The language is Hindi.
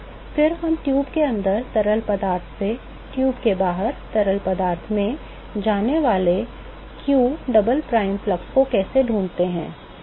फिर हम ट्यूब के अंदर तरल पदार्थ से ट्यूब के बाहर तरल पदार्थ में जाने वाले q डबल प्राइम फ्लक्स को कैसे ढूंढते हैं